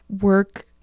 work